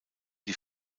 die